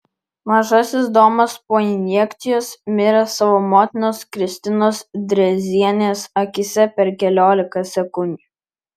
mažasis domas po injekcijos mirė savo motinos kristinos drėzienės akyse per keliolika sekundžių